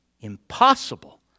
impossible